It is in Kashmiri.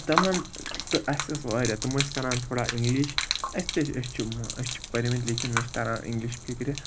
تِمَن تہٕ اَسہِ ٲسۍ واریاہ تِم ٲسۍ کَران تھوڑا اِنٛگلِش أسۍ تہِ چھِ أسۍ چھِ أسۍ چھِ پٔرۍ مٕتۍ لیٚکھمٕتۍ مےٚ چھِ تَران اِنٛگلِش فِکرِ